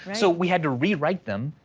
so we had to rewrite them